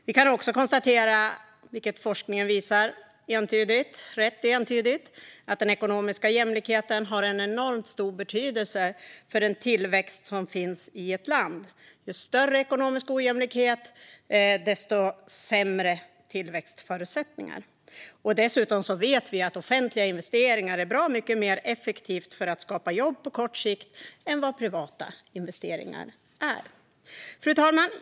Vi kan vidare konstatera att forskningen rätt entydigt visar att den ekonomiska jämlikheten har enormt stor betydelse för tillväxten i ett land - ju större ekonomisk ojämlikhet, desto sämre tillväxtförutsättningar. Dessutom vet vi att offentliga investeringar är bra mycket mer effektiva för att skapa jobb på kort sikt än vad privata investeringar är. Fru talman!